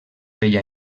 feia